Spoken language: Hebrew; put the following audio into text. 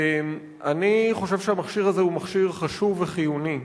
אני חושב שהמכשיר הזה הוא מכשיר חשוב וחיוני,